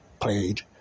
played